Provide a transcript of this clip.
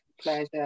Pleasure